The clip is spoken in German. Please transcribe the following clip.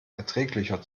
erträglicher